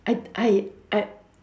I I I